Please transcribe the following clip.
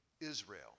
Israel